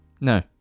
No